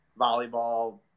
volleyball